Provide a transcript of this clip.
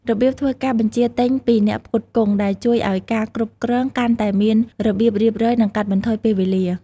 របៀបធ្វើការបញ្ជាទិញពីអ្នកផ្គត់ផ្គង់ ដែលជួយឱ្យការគ្រប់គ្រងកាន់តែមានរបៀបរៀបរយ និងកាត់បន្ថយពេលវេលា។